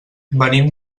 venim